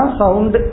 sound